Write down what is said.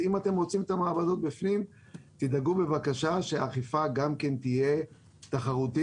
אם אתם רוצים את המעבדות בפנים תדאגו בבקשה שהאכיפה גם כן תהיה תחרותית,